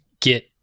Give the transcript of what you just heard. get